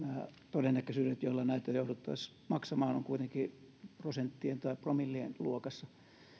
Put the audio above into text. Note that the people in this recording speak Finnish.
todennäköisyydet joilla näitä jouduttaisiin maksamaan ovat kuitenkin prosenttien tai promillien luokassa